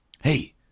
Hey